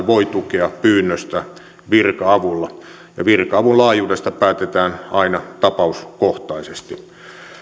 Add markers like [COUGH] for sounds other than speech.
[UNINTELLIGIBLE] voi tukea pyynnöstä virka avulla ja virka avun laajuudesta päätetään aina tapauskohtaisesti